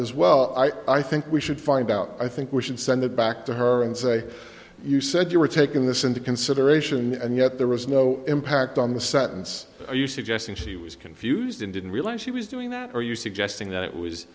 as well i think we should find out i think we should send it back to her and say you said you were taking this into consideration and yet there was no impact on the sentence are you suggesting she was confused and didn't realize she was doing that are you suggesting that it was